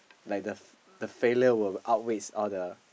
like the the failure will outweighs all the